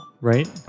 Right